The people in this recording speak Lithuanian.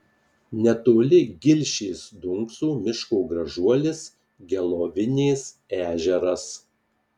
netoli gilšės dunkso miško gražuolis gelovinės ežeras